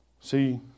See